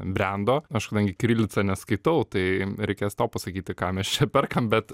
brendo aš kadangi kirilica neskaitau tai reikės tau pasakyti ką mes čia perkam bet